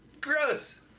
gross